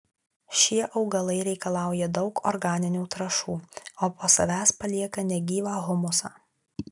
šie augalai reikalauja daug organinių trąšų o po savęs palieka negyvą humusą